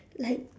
like